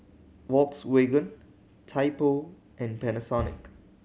Volkswagen Typo and Panasonic